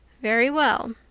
very well.